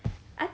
I